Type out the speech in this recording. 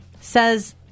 says